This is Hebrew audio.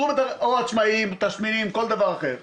55% או עצמאים, או תסמינים או כל דבר אחר;